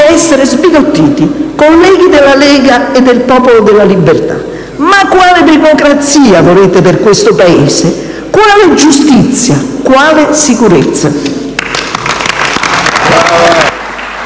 rimanere sbigottiti. Colleghi della Lega e del Popolo della Libertà, ma quale democrazia volete per questo Paese, quale giustizia, quale sicurezza?!